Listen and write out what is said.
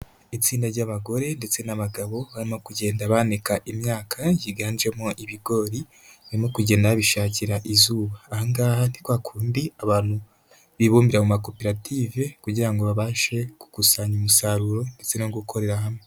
Itsinda ry'abagore ndetse n'abagabo barimo kugenda banika imyaka ryiganjemo ibigori barimo kugenda babishakira izuba, aha ngaha ni kwa kundi abantu bibumbira mu makoperative kugira ngo babashe gukusanya umusaruro ndetse no gukorera hamwe.